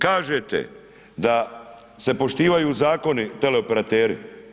Kažete da se poštivaju zakoni teleoperateri.